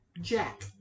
jack